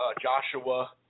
Joshua